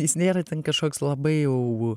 jis nėra ten kažkoks labai jau